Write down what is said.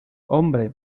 hombre